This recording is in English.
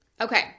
Okay